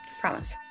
promise